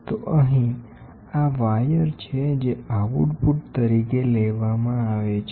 તો અહીં આ વાયર છે જે આઉટપુટ તરીકે લેવામાં આવે છે